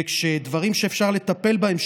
ודברים שאפשר לטפל בהם,